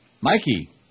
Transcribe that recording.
Mikey